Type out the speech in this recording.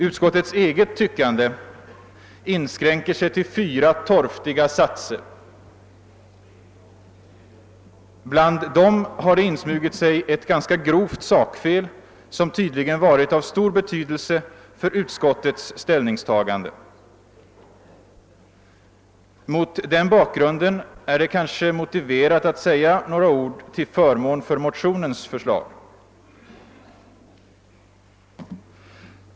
Utskottets eget tyckande inskränker sig till fyra torftiga satser, och i dem har det insmugit sig ett ganska grovt sakfel, som tydligen har varit av stor betydelse för utskottets ställningstagande. Mot den bakgrunden är det kanske motiverat att säga några ord till förmån för motionens förslag.